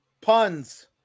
puns